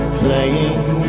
playing